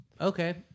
okay